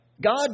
God